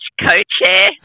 co-chair